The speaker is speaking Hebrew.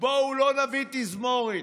בואו לא נביא תזמורת.